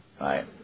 Right